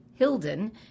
Hilden